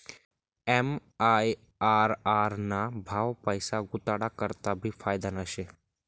MIRR ना भाव पैसा गुताडा करता भी फायदाना शे